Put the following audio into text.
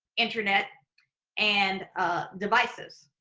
internet and devices.